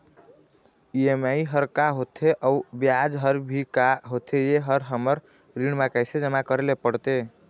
EMI हर का होथे अऊ ब्याज हर भी का होथे ये हर हमर ऋण मा कैसे जमा करे ले पड़ते?